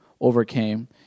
overcame